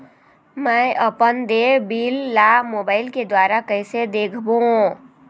मैं अपन देय बिल ला मोबाइल के द्वारा कइसे देखबों?